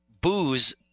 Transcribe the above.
Booze